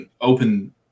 Open